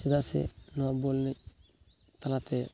ᱪᱮᱫᱟᱜ ᱥᱮ ᱱᱚᱣᱟ ᱵᱚᱞ ᱮᱱᱮᱡ ᱛᱟᱞᱟᱛᱮ